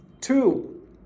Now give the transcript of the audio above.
Two